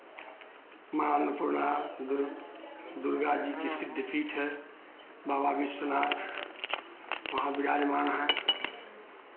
माँ अन्नपूर्णा दुर्गा जी की सिद्ध पीठ है बाबा विश्वनाथ वहाँ विराजमान हैं